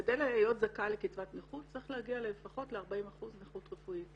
כדי להיות זכאי לקצבת נכות צריך להגיע ללפחות 40% נכות רפואית,